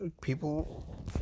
people